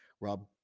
Rob